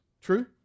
True